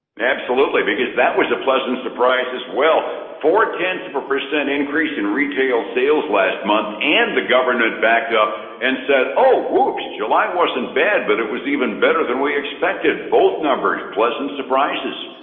absolutely, because that was a pleasant surprise as well. four tenths of a percent increase in retail sales last month, and the government backed up and said oh, whoops, july wasn't bad but it was even better than we expected. both numbers, pleasant surprises.